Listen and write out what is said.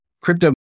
crypto